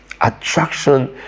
attraction